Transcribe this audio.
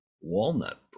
walnut